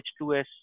H2S